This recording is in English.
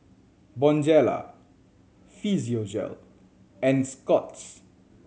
Bonjela Physiogel and Scott's